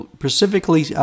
specifically